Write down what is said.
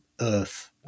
Earth